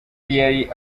yari